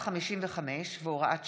224, הוראת שעה)